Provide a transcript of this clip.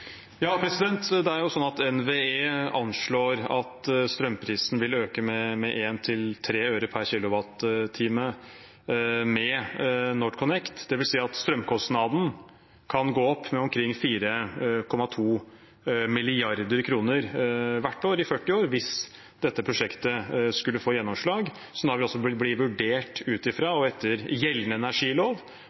NVE anslår at strømprisen vil øke med 1–3 øre per kWh med NorthConnect, dvs. at strømkostnaden kan gå opp med omkring 4,2 mrd. kr hvert år i 40 år hvis dette prosjektet skulle få gjennomslag – som da altså vil bli vurdert ut fra og etter gjeldende energilov,